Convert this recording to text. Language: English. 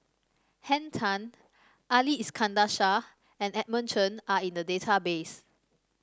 Henn Tan Ali Iskandar Shah and Edmund Chen are in the database